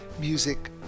music